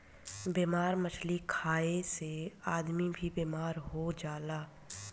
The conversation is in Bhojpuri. बेमार मछली खाए से आदमी भी बेमार हो जाला